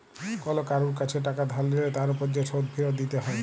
call কারুর কাজে টাকা ধার লিলে তার উপর যে শোধ ফিরত দিতে হ্যয়